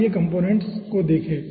आइए कंपोनेंट्स को देखें